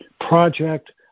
project